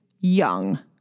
young